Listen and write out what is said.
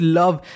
love